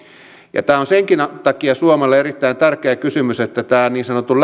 ja tämä on senkin takia suomelle erittäin tärkeä kysymys että tämän niin sanotun